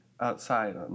outside